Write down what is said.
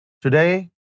today